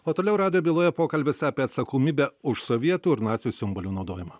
o toliau radijo byloje pokalbis apie atsakomybę už sovietų ir nacių simbolių naudojimą